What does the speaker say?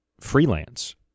freelance